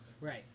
right